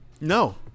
No